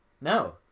No